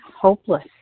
hopeless